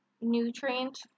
nutrient